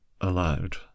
Aloud